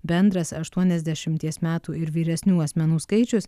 bendras aštuoniasdešimties metų ir vyresnių asmenų skaičius